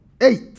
eight